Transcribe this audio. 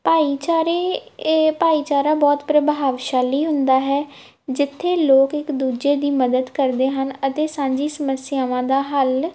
ਭਾਈਚਾਰੇ ਇਹ ਭਾਈਚਾਰਾ ਬਹੁਤ ਪ੍ਰਭਾਵਸ਼ਾਲੀ ਹੁੰਦਾ ਹੈ ਜਿੱਥੇ ਲੋਕ ਇੱਕ ਦੂਜੇ ਦੀ ਮਦਦ ਕਰਦੇ ਹਨ ਅਤੇ ਸਾਂਝੀ ਸਮੱਸਿਆਵਾਂ ਦਾ ਹੱਲ